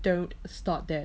don't stop there